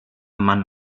mann